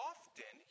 Often